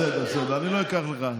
בסדר, סעדי, אני לא אקח לך.